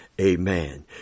amen